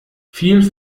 viel